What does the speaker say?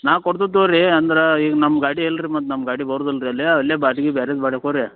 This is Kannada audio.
ನಾವು ಕೊಡ್ತೇವೆ ತಗೋರಿ ಅಂದ್ರ ಈಗ ನಮ್ಮ ಗಾಡಿ ಅಲ್ರಿ ಮತ್ತು ನಮ್ಮ ಗಾಡಿ ಬರುದಿಲ್ಲ ರೀ ಅಲ್ಲಿ ಅಲ್ಲೆ